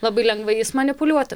labai lengva jais manipuliuoti